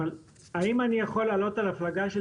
אבל האם אני יכול לעלות על הפלגה של